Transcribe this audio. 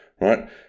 right